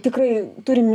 tikrai turim